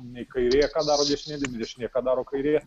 nei kairė ką daro dešinė nei dešinė ką daro kairė